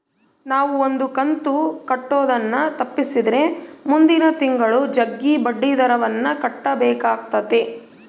ನಾವು ಒಂದು ಕಂತು ಕಟ್ಟುದನ್ನ ತಪ್ಪಿಸಿದ್ರೆ ಮುಂದಿನ ತಿಂಗಳು ಜಗ್ಗಿ ಬಡ್ಡಿದರವನ್ನ ಕಟ್ಟಬೇಕಾತತೆ